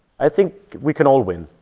i think we can all win,